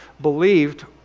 believed